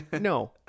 No